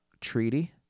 treaty